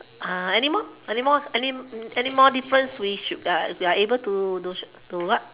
uh anymore anymore any anymore difference we should we are able to to what